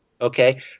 okay